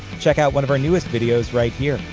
check out one of our newest videos right here!